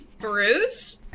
Bruce